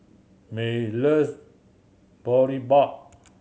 May loves Boribap